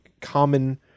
common